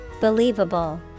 Believable